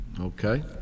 Okay